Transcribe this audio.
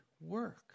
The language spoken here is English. work